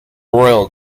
royal